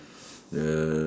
uh